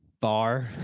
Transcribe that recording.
bar